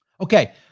Okay